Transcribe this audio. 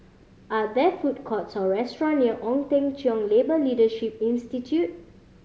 are there food courts or restaurant near Ong Teng Cheong Labour Leadership Institute